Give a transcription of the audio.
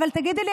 אבל תגידי לי,